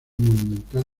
monumental